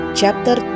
chapter